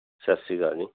ਸਤਿ ਸ਼੍ਰੀ ਅਕਾਲ ਜੀ